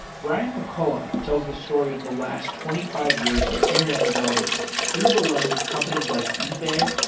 brian mccullough tells the story of the last twenty five years of internet development through the lens of companies like ebay,